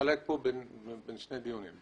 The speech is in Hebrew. אחלק בין שני דיונים: